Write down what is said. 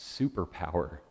superpower